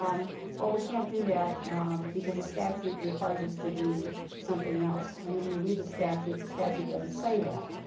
um well, we can't do that because the statute requires us to do something else, and then you read the statute and the statute doesn't say that.